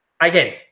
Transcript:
again